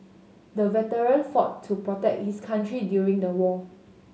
the veteran fought to protect his country during the war